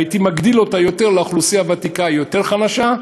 הייתי מגדיל אותה יותר לאוכלוסייה הוותיקה החלשה יותר,